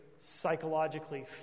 psychologically